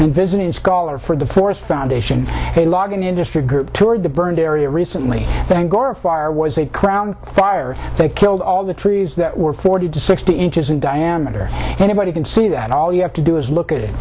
and visiting scholar for the forest foundation a logging industry group toured the burned area recently fire was a crown fire they killed all the trees that were forty to sixty inches in diameter anybody can see that all you have to do is look at it